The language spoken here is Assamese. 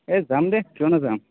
এই যাম দে কিয় নাযাম